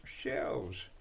shelves